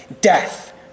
death